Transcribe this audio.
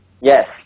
Yes